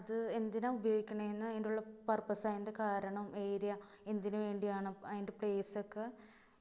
അത് എന്തിനാണ് ഉപയോഗിക്കുന്നേന്ന് അതിന്റെയുള്ള പര്പ്പസ് അതിന്റെ കാരണം ഏരിയ എന്തിനു വേണ്ടിയാണ് അതിന്റെ പ്ളേയ്സൊക്കെ